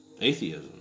atheism